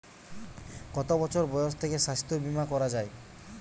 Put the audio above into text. কত বছর বয়স থেকে স্বাস্থ্যবীমা করা য়ায়?